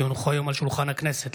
כי הונחו היום על שולחן הכנסת,